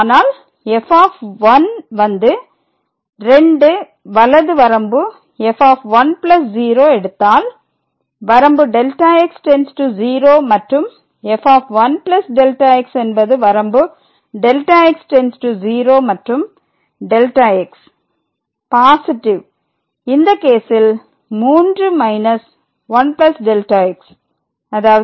ஏனென்றால் f வந்து 2 வலது வரம்பு f10 எடுத்தால் வரம்பு Δx→0 மற்றும் f1Δx என்பது வரம்பு Δx→0 மற்றும் Δx ve இந்த கேசில் 3 1Δx அதாவது 2 Δx